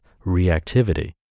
reactivity